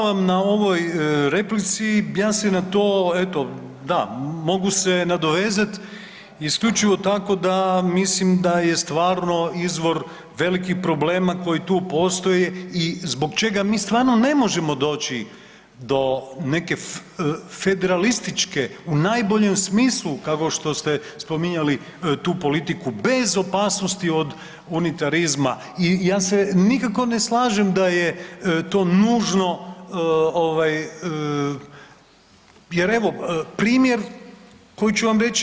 Hvala vam na ovoj replici, ja se na to eto da, mogu se nadovezati isključivo tako da mislim da je stvarno izvor velikih problema koji tu postoje i zbog čega mi stvarno ne možemo doći neke federalističke u najboljem smislu, kao što ste spominjali tu politiku bez opasnosti od unitarizma i ja se nikako ne slažem da je to nužno ovaj jer evo primjer koji ću vam reći.